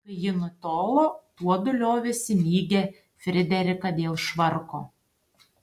kai ji nutolo tuodu liovėsi mygę frideriką dėl švarko